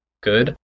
good